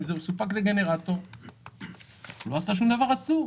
אם זה מסופק לגנרטור, הוא לא עשה שום דבר אסור.